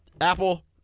Apple